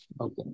Okay